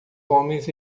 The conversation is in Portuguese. homens